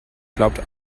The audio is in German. glaubt